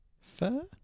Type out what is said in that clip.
Fur